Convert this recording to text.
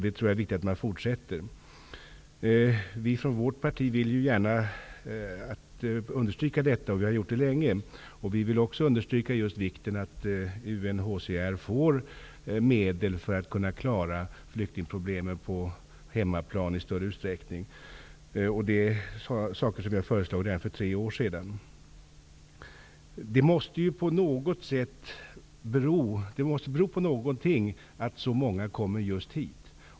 Det tror jag är viktigt att man fortsätter med. Från vårt parti vill vi gärna understryka detta, och vi har gjort det länge. Vi har också understrukit vikten av att UNHCR får medel för att kunna klara flyktingproblemen på plats i större utsträckning än hittills. Det är saker som vi har föreslagit redan för tre år sedan. Det måste bero på någonting att så många kommmer just hit.